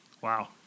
Wow